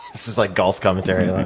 this is like golf commentary. like